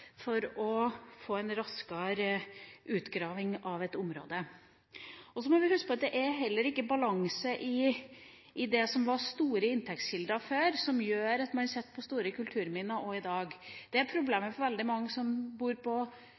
for å få en raskere utgraving av et område. Så må vi huske på at det heller ikke er balanse i det som var store inntektskilder før, som gjør at man sitter på store kulturminner i dag. Det er problemet for veldig mange som bor på